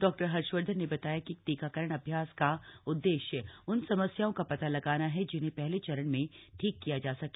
doctor Harshvardhan ने बताया कि टीकाकरण अभ्यास का उददेश्य उन समस्याओं का पता लगाना है जिन्हें पहले चरण में ठीक किया जा सके